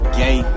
gay